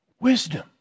Wisdom